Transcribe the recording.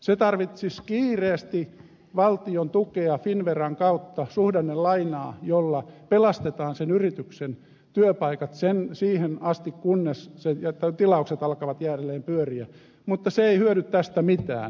se tarvitsisi kiireesti valtion tukea finnveran kautta suhdannelainaa jolla pelastetaan sen yrityksen työpaikat siihen asti kunnes tilaukset alkavat jälleen pyöriä mutta se ei hyödy tästä mitään